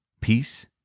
peace